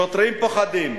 שוטרים פוחדים,